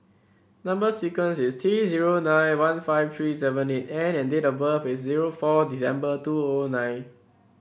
number sequence is T zero nine one five three seven eight N and date of birth is zero four December two O O nine